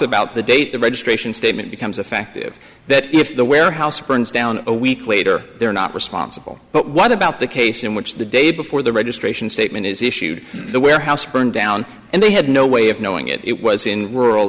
about the date the registration statement becomes effective that if the warehouse burns down a week later they're not responsible but what about the case in which the day before the registration statement is issued the warehouse burned down and they had no way of knowing it was in rural